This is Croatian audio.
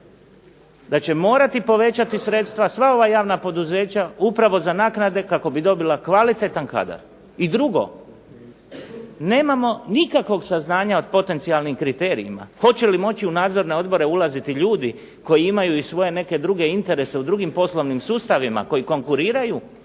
da će morati povećati sredstva sva ova javna poduzeća upravo za naknade kako bi dobila kvalitetan kadar. I drugog nemamo nikakvog saznanja o potencijalnim kriterijima, hoće li moći u nadzorne odbore ulaziti i ljudi koji imaju svoje neke druge interese u drugim poslovnim sustavima koji konkuriraju